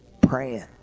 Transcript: praying